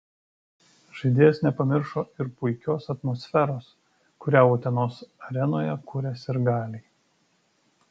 žaidėjas nepamiršo ir puikios atmosferos kurią utenos arenoje kuria sirgaliai